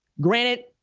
Granted